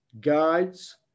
guides